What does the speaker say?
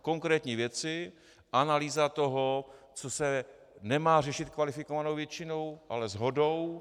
Konkrétní věci, analýza toho, co se nemá řešit kvalifikovanou většinou, ale shodou.